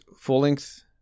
full-length